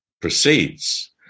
proceeds